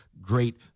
great